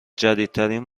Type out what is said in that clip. جدیدترین